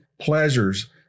pleasures